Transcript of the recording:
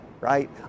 right